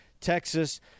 Texas